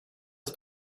att